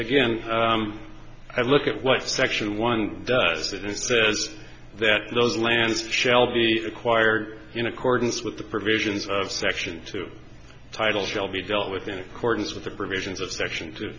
again i look at what section one does that and says that those lands shall be required in accordance with the provisions of section two title shall be dealt with in accordance with the provisions of section to